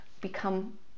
become